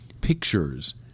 pictures